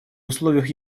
условиях